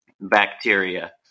bacteria